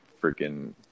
freaking